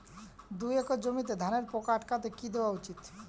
দুই একর জমিতে ধানের পোকা আটকাতে কি দেওয়া উচিৎ?